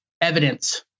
evidence